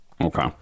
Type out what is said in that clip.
okay